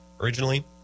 originally